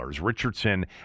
Richardson